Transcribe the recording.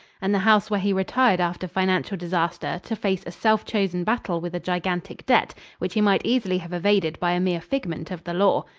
and the house where he retired after financial disaster to face a self-chosen battle with a gigantic debt which he might easily have evaded by a mere figment of the law.